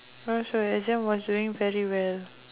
cause your exam was doing very well